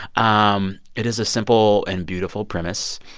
um it is a simple and beautiful premise.